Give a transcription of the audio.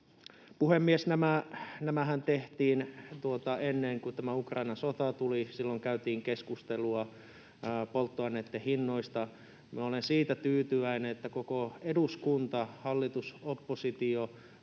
Puhemies! Nämähän tehtiin ennen kuin tämä Ukrainan sota tuli. Silloin käytiin keskustelua polttoaineitten hinnoista. Olen siitä tyytyväinen, että koko eduskunta — hallitus, oppositio,